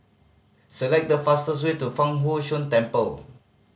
select the fastest way to Fang Huo Yuan Temple